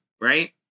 right